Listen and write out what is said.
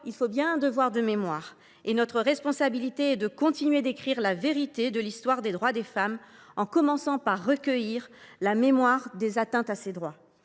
il faut bien un devoir de mémoire. Notre responsabilité est d’écrire la vérité de l’histoire des droits des femmes, en commençant par recueillir la mémoire des atteintes à ces droits.